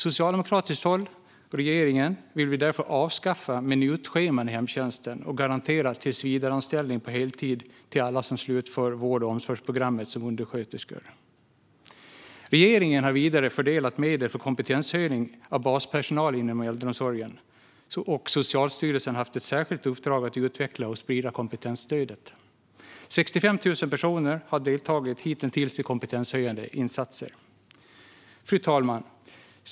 Socialdemokraterna och regeringen vill därför avskaffa minutscheman i hemtjänsten och garantera tillsvidareanställning på heltid för alla undersköterskor som slutför vård och omsorgsprogrammet. Regeringen har vidare fördelat medel för kompetenshöjning av baspersonal inom äldreomsorgen. Och Socialstyrelsen har haft ett särskilt uppdrag att utveckla och sprida kompetensstödet. 65 000 personer har hittills deltagit i kompetenshöjande insatser. Fru talman!